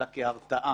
אלא כהרתעה.